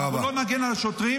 אם לא נגן על השוטרים,